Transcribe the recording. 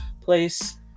place